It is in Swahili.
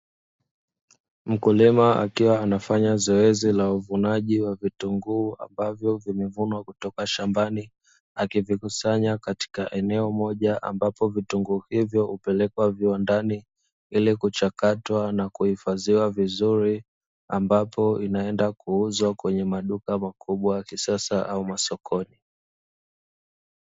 Mkulima akiwa anafanya zoezi la uvunaji wa vitunguu ambavyo vimevunwa kutoka shambani, akivikusanya katika eneo moja, ambapo vitunguu hivyo hupelekwa viwandani ili kuchakatwa na kuhifadhiwa vizuri, ambapo inaenda kuuzwa kwenye maduka makubwa ya kisasa au masokoni.